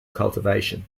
cultivation